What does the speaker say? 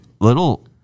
little